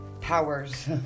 powers